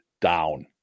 down